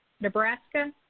Nebraska